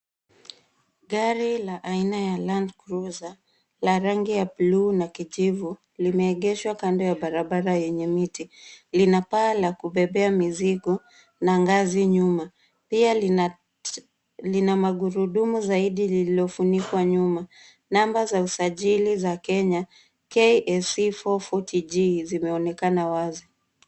Gari la aina ya Land Cruiser la rangi ya buluu na kijivu limeegeshwa kando ya barabara yenye miti. Lina paa la kubebea mizigo na ngazi nyuma. Pia lina magurudumu zaidi lililofunikwa nyuma. Namba za usajiuli za Kenya KAC 440 G zimeonekana wazi.